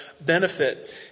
benefit